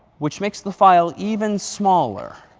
which makes the file even smaller.